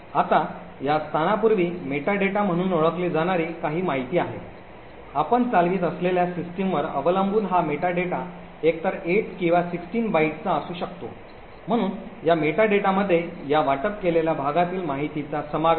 आता या स्थानापूर्वी मेटा डेटा म्हणून ओळखली जाणारी काही माहिती आहे आपण चालवित असलेल्या सिस्टमवर अवलंबून हा मेटा डेटा एकतर 8 किंवा 16 बाइटचा असू शकतो म्हणून या मेटा डेटामध्ये या वाटप केलेल्या भागातील माहितीचा समावेश आहे